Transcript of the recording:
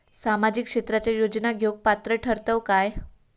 सामाजिक क्षेत्राच्या योजना घेवुक पात्र ठरतव काय?